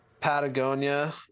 Patagonia